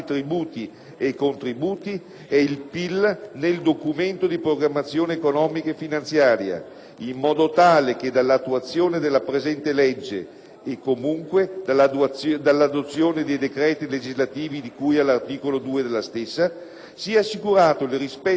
in modo tale che dall'attuazione della presente legge e, comunque, dall'adozione dei decreti legislativi di cui all'articolo 2 della stessa, sia assicurato il rispetto di tale limite e definito di conseguenza il riparto del prelievo tra i vari livelli di governo;